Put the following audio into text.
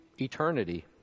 eternity